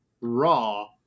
raw